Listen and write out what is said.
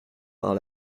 par